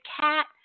cat